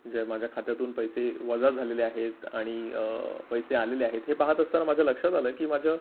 ज्या माझ्या खात्यातून पैसे वजा झालेले आहेत आणि पैसे आलेले आहेत हे पाहत असताना माझ्या लक्षात आलं की माझं